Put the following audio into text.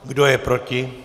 Kdo je proti?